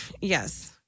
yes